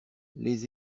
les